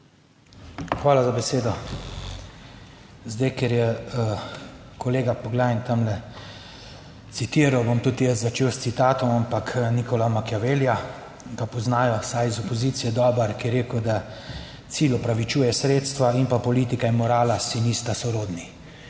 Hvala za besedo. Ker je kolega, poglej, tamle citiral, bom tudi jaz začel s citatom Niccola Machiavellija ga poznajo, vsaj iz opozicije, dobro, ki je rekel, da cilj opravičuje sredstva in pa politika in morala si nista sorodni.